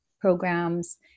programs